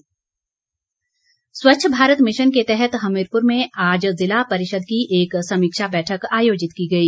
स्वच्छ भारत स्वच्छ भारत मिशन के तहत हमीरपुर में आज ज़िला परिषद की एक समीक्षा बैठक आयोजित की गई